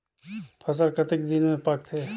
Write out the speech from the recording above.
फसल कतेक दिन मे पाकथे?